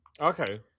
Okay